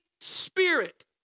Spirit